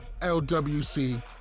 LWC